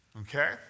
Okay